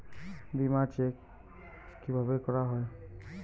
বিমা চেক কিভাবে করা হয়?